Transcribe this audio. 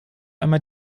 einmal